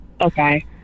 Okay